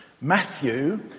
Matthew